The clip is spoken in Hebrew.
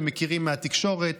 אתם מכירים מהתקשורת.